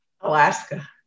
Alaska